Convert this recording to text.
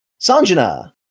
Sanjana